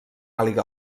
àliga